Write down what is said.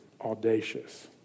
audacious